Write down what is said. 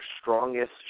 strongest